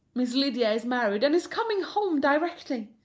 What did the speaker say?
miss lydia is married and is coming home directly.